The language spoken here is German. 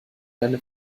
deine